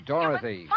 Dorothy